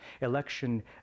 election